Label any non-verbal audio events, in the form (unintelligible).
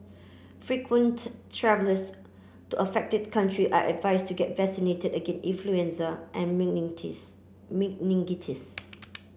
frequent travellers to affected country are advised to get vaccinated against influenza and (unintelligible) meningitis